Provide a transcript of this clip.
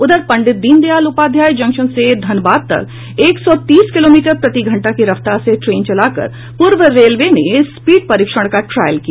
उधर पंडित दीनदयाल उपाध्याय जंक्शन से धनबाद तक एक सौ तीस किलोमीटर प्रतिघंटा की रफ्तार से ट्रेन चलाकर पूर्व रेलवे ने स्पीड परीक्षण का ट्रायल किया